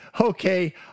okay